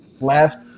last